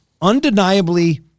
undeniably